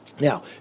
Now